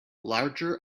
larger